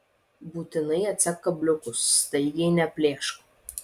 būtinai atsek kabliukus staigiai neplėšk